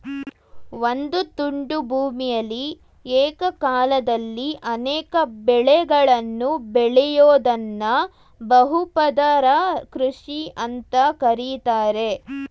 ಒಂದು ತುಂಡು ಭೂಮಿಯಲಿ ಏಕಕಾಲದಲ್ಲಿ ಅನೇಕ ಬೆಳೆಗಳನ್ನು ಬೆಳಿಯೋದ್ದನ್ನ ಬಹು ಪದರ ಕೃಷಿ ಅಂತ ಕರೀತಾರೆ